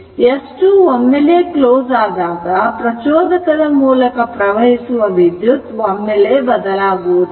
S 2 ಒಮ್ಮೆಲೆ close ಆದಾಗ ಪ್ರಚೋದಕದ ಮೂಲಕ ಪ್ರವಹಿಸುವ ವಿದ್ಯುತ್ ಒಮ್ಮೆಲೆ ಬದಲಾಗುವುದಿಲ್ಲ